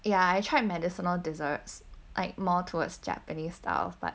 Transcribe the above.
ya I tried medicinal desserts like more towards japanese style but